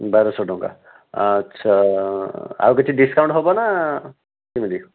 ବାରଶହ ଟଙ୍କା ଆଚ୍ଛା ଆଉ କିଛି ଡିସ୍କାଉଣ୍ଟ ହେବନା କେମିତି